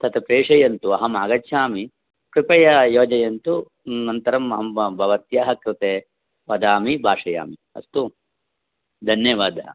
तत् प्रेषयन्तु अहम् आगच्छामि कृपया योजयन्तु अनन्तरम् अहं भवत्याः कृते वदामि भाषयामि अस्तु धन्यवादः